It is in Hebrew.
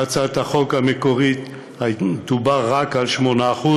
בהצעת החוק המקורית דובר רק על 8%,